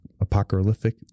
apocalyptic